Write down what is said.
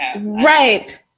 right